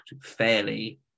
fairly